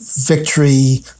victory